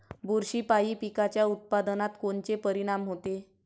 बुरशीपायी पिकाच्या उत्पादनात कोनचे परीनाम होते?